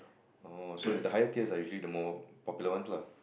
oh so the higher tiers are usually the more popular ones lah